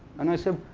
and i said,